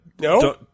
No